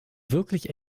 wirklich